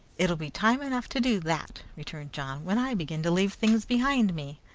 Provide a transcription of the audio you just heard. it'll be time enough to do that, returned john, when i begin to leave things behind me.